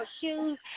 shoes